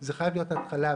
זה חייב להיות התחלה.